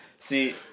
See